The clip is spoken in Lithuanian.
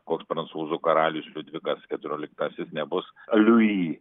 koks prancūzų karalius liudvikas keturioliktasis nebus liui